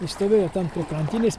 išstovėjo ten prie krantinės